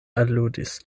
aludis